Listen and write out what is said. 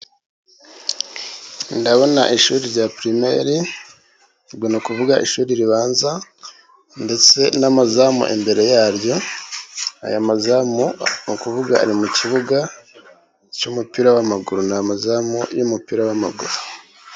Ndabona ishuri rya pirimere, ubwo ni ukuvuga ishuri ribanza, ndetse n'amazamu imbere ya ryo, aya mazamu, ni ukuvuga ari mu kibuga cy'umupira w'amaguru, ni amazamu y'umupira w'amaguru.